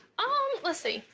um, let's see.